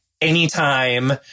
anytime